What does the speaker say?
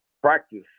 Practice